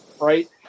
right